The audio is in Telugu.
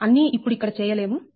అన్నీ ఇప్పుడు ఇక్కడ చేయలేము